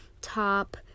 top